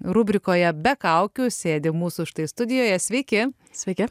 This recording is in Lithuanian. rubrikoje be kaukių sėdi mūsų štai studijoje sveiki sveiki